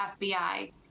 FBI